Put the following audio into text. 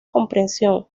compresión